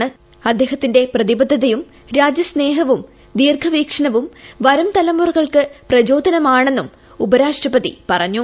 ഡോ കലാമിന്റെ പ്രതിബദ്ധതയും രാജ്യസ്നേഹവും ദീർഘവീക്ഷണവും വരും തലമുറകൾക്ക് പ്രചോദനമാണെന്ന് ഉപരാഷ്ട്രപതി പറഞ്ഞു